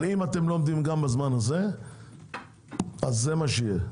אבל אם לא תעמדו בו זה מה שיהיה.